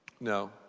No